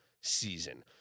season